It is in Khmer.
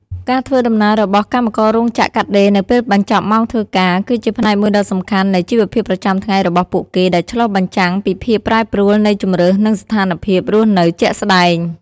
ការធ្វើដំណើររបស់កម្មកររោងចក្រកាត់ដេរនៅពេលបញ្ចប់ម៉ោងធ្វើការគឺជាផ្នែកមួយដ៏សំខាន់នៃជីវភាពប្រចាំថ្ងៃរបស់ពួកគេដែលឆ្លុះបញ្ចាំងពីភាពប្រែប្រួលនៃជម្រើសនិងស្ថានភាពរស់នៅជាក់ស្តែង។